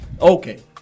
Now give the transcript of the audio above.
okay